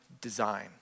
design